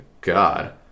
god